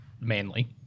manly